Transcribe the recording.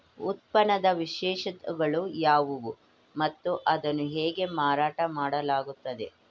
ಉತ್ಪನ್ನದ ವಿಶೇಷತೆಗಳು ಯಾವುವು ಮತ್ತು ಅದನ್ನು ಹೇಗೆ ಮಾರಾಟ ಮಾಡಲಾಗುತ್ತದೆ?